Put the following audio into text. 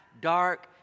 dark